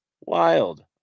Wild